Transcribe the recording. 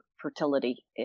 fertility